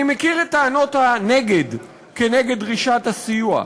אני מכיר את טענות הנגד כנגד דרישת הסיוע.